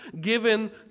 given